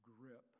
grip